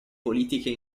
politiche